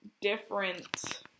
different